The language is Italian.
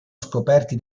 scoperti